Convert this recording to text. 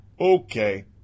Okay